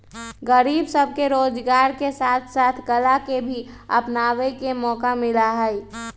गरीब सब के रोजगार के साथ साथ कला के भी अपनावे के मौका मिला हई